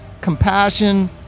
compassion